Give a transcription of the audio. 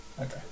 Okay